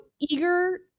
eager